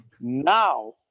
Now